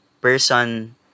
person